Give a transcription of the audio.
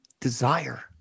desire